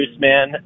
Man